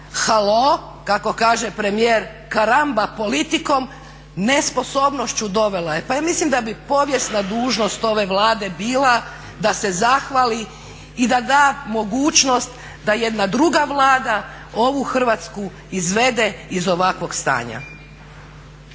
halo kako kaže premijer karamba politikom, nesposobnošću dovela je. Pa ja mislim da bi povijesna dužnost ove Vlade bila da se zahvali i da da mogućnost da jedna druga Vlada ovu Hrvatsku izvede iz ovakvog stanja.